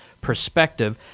perspective